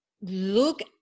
look